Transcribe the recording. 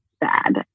bad